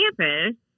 campus